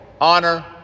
honor